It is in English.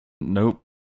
Nope